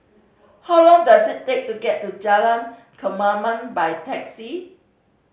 how long does it take to get to Jalan Kemaman by taxi